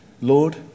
Lord